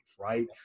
Right